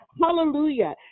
Hallelujah